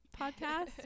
podcast